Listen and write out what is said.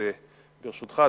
ברשותך,